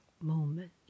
moment